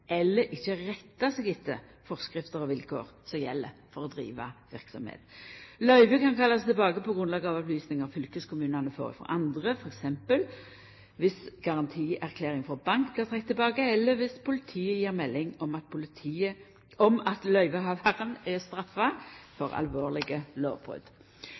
eller vilkår, eller ikkje rettar seg etter forskrifter og vilkår som gjeld for å driva verksemda. Løyve kan kallast tilbake på grunnlag av opplysningar fylkeskommunane får frå andre, til dømes dersom garantierklæring frå bank blir trekt tilbake, eller dersom politiet gjev melding om at løyvehavaren er straffa for alvorlege lovbrot. Løyve